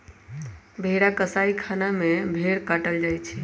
भेड़ा कसाइ खना में भेड़ काटल जाइ छइ